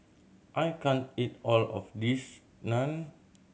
I can't eat all of this Naan